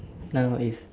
now is